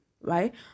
right